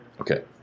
Okay